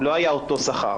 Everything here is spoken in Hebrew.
הוא לא היה אותו שכר.